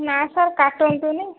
ନା ସାର୍ କାଟନ୍ତୁନି